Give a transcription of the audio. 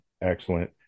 Excellent